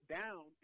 down